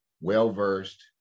well-versed